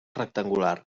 rectangular